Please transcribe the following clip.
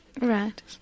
Right